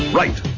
right